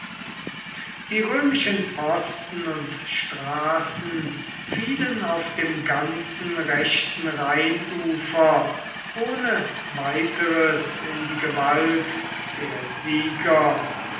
die römischen posten und straßen fielen auf dem ganzen rechten rheinufer ohne weiteres in die gewalt der sieger